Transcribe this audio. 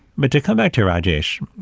but to come back to rajesh,